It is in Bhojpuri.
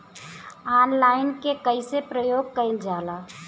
ऑनलाइन के कइसे प्रयोग कइल जाला?